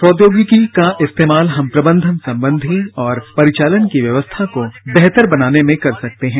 प्रौद्योगिकी का इस्तेमाल हम प्रबंधन संबंधी और परिचालन की व्यवस्था को बेहतर बनाने में कर सकते हैं